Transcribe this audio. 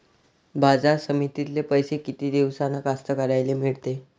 बाजार समितीतले पैशे किती दिवसानं कास्तकाराइले मिळते?